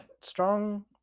strong